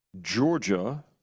Georgia